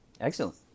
Excellent